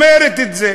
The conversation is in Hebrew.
אומרת את זה,